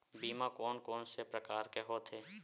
बीमा कोन कोन से प्रकार के होथे?